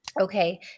Okay